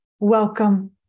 Welcome